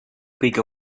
kõige